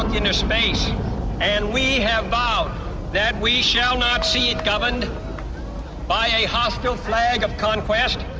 into space and we have vowed that we shall not see it governed by a hostile flag of conquest,